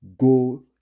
go